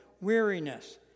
weariness